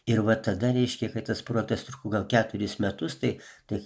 ir va tada reiškia kai tas protestur kur gal keturis metus tai tik